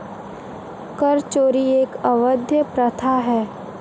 कर चोरी एक अवैध प्रथा है